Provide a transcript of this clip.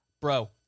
Bro